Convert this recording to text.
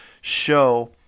show